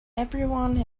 everyone